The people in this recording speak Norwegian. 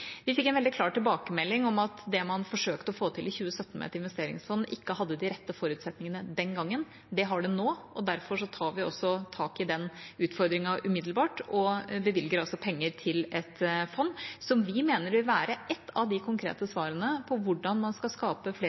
Vi fikk en veldig klar tilbakemelding om at det man forsøkte å få til i 2017 med et investeringsfond, ikke hadde de rette forutsetningene den gangen. Det har det nå. Derfor tar vi også tak i den utfordringen umiddelbart og bevilger penger til et fond som vi mener vil være ett av de konkrete svarene på hvordan man skal skape flere